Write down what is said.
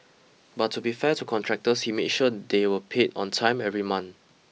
but to be fair to contractors he made sure they were paid on time every month